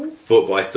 football.